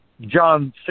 John